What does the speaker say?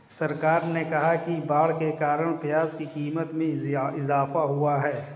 सरकार ने कहा कि बाढ़ के कारण प्याज़ की क़ीमत में इजाफ़ा हुआ है